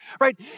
right